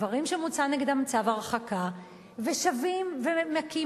גברים שמוצא נגדם צו הרחקה ושבים ומכים